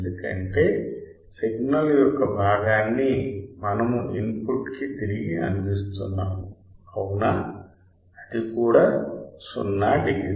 ఎందుకంటే సిగ్నల్ యొక్క భాగాన్ని మనము ఇన్ పుట్ కి తిరిగి అందిస్తున్నాము అవునా అది కూడా 0 డిగ్రీ